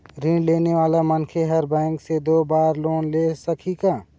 ऋण लेने वाला मनखे हर बैंक से दो बार लोन ले सकही का?